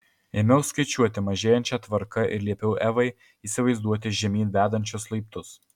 ėmiau skaičiuoti mažėjančia tvarka ir liepiau evai įsivaizduoti žemyn vedančius laiptus